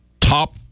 top